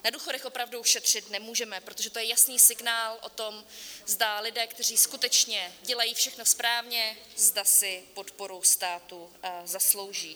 Na důchodech opravdu šetřit nemůžeme, protože to je jasný signál o tom, zda lidé, kteří skutečně dělají všechno správně, zda si podporu státu zaslouží.